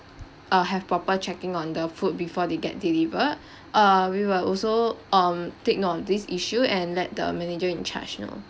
uh have proper checking on the food before they get delivered uh we will also um take note of this issue and let the manager in charge know